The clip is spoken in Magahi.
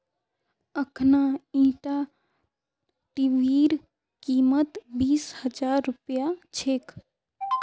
अखना ईटा टीवीर कीमत बीस हजार रुपया छेक